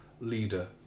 leader